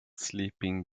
sleeping